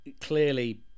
clearly